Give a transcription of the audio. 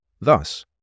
Thus